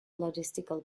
logistical